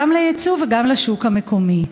גם לייצוא וגם לשוק המקומי.